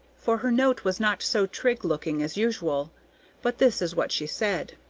for her note was not so trig-looking as usual but this is what she said